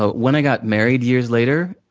so when i got married, years later,